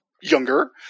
younger